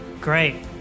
great